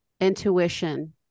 intuition